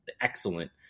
excellent